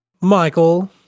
michael